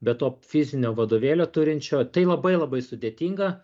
be to fizinio vadovėlio turinčio tai labai labai sudėtinga